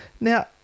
Now